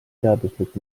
teaduslik